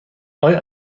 آیا